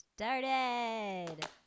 started